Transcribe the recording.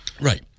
Right